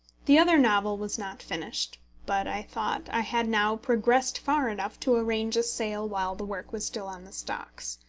the other novel was not finished but i thought i had now progressed far enough to arrange a sale while the work was still on the stocks.